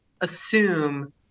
assume